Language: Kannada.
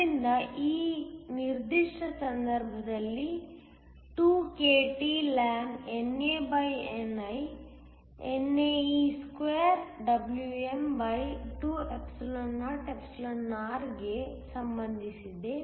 ಆದ್ದರಿಂದ ಈ ನಿರ್ದಿಷ್ಟ ಸಂದರ್ಭದಲ್ಲಿ 2kTln NAni NAe2WM2or ಗೆ ಸಂಬಂಧಿಸಿದೆ